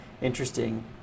interesting